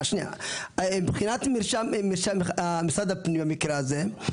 מבחינת משרד הפנים במקרה הזה,